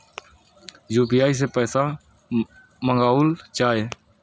UPI सै पैसा मंगाउल जाय?